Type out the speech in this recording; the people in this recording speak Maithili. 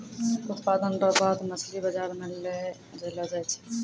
उत्पादन रो बाद मछली बाजार मे लै जैलो जाय छै